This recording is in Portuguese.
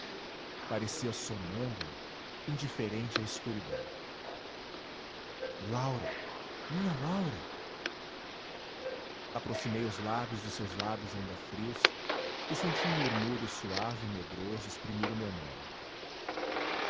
parecia sonâmbula indiferente à escuridão laura minha laura aproximei os lábios de seus lábios ainda frios e senti um murmúrio suave e medroso exprimir o meu nome